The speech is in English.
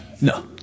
No